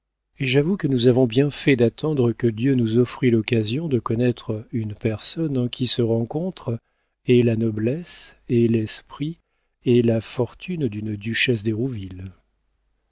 et j'avoue que nous avons bien fait d'attendre que dieu nous offrît l'occasion de connaître une personne en qui se rencontrent et la noblesse et l'esprit et la fortune d'une duchesse